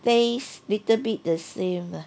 taste little bit the same ah